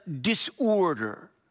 disorder